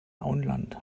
auenland